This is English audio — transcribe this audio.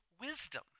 wisdom